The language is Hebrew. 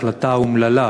ההחלטה האומללה,